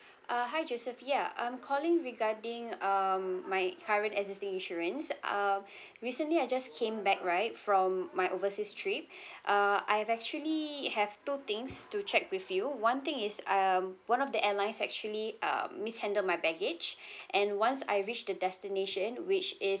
uh hi joseph ya I'm calling regarding um my current existing insurance uh recently I just came back right from my overseas trip uh I've actually have two things to check with you one thing is um one of the airlines actually um mishandled my baggage and once I reached the destination which is